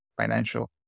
financial